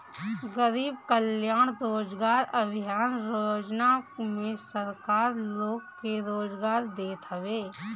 गरीब कल्याण रोजगार अभियान योजना में सरकार लोग के रोजगार देत हवे